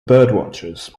birdwatchers